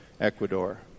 Ecuador